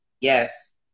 Yes